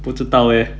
不知道 eh